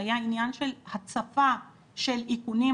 זה היה עניין של הצפה של איכונים.